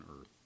earth